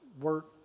work